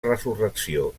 resurrecció